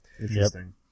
Interesting